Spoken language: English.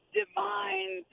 divine